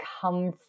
come